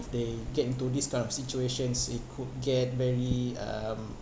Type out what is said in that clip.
if they get into these kind of situations it could get very um